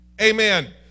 Amen